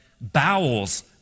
bowels